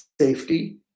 safety